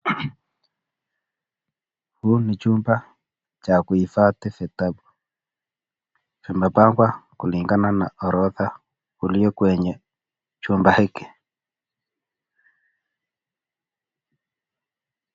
Huu ni chumba cha kuhifadhi vitabu. Vimepangwa kulingana na orodha ulio kwenye chumba hiki.